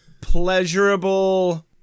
pleasurable